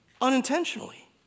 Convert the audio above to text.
unintentionally